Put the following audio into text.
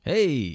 Hey